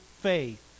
faith